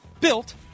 built